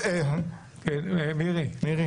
מירי.